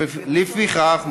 לפיכך,